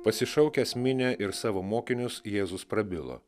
pasišaukęs minią ir savo mokinius jėzus prabilo